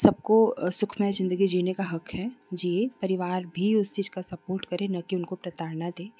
सबको सुखमय ज़िन्दगी जीने का हक है जी परिवार भी उस चीज़ का सपोर्ट करे न कि उनको प्रताड़ना दे